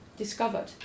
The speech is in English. discovered